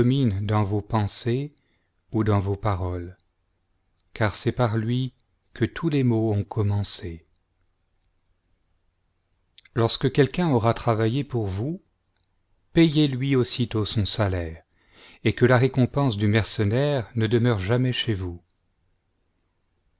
dans vos pensées ou dans vos paroles car c'est par lui que tous les maux ont commencé lorsque quelqu'un aura travaillé pour vous payez-lui aussitôt son salaire et que la récompense du mercenaire ne demeure jamais chez vous